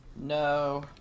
No